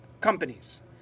companies